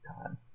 time